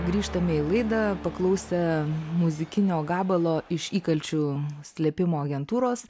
grįžtame į laidą paklausę muzikinio gabalo iš įkalčių slėpimo agentūros